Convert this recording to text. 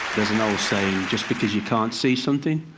there's an old saying, just because you can't see something,